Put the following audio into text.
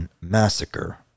Massacre